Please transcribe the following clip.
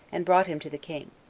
and brought him to the king.